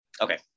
okay